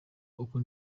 uko